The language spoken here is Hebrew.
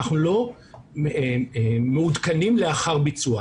אנחנו לא מעודכנים לאחר ביצוע,